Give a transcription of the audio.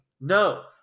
no